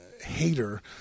hater